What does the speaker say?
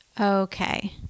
Okay